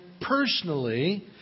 personally